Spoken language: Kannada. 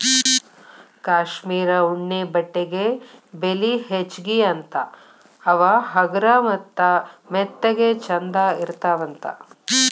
ಕಾಶ್ಮೇರ ಉಣ್ಣೆ ಬಟ್ಟೆಗೆ ಬೆಲಿ ಹೆಚಗಿ ಅಂತಾ ಅವ ಹಗರ ಮತ್ತ ಮೆತ್ತಗ ಚಂದ ಇರತಾವಂತ